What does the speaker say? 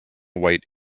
white